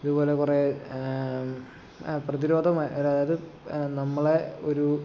ഇതുപോലെ കുറെ പ്രതിരോധമായി അതായത് നമ്മളെ ഒരു